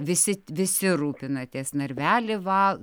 visi visi rūpinatės narvelį va